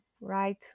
right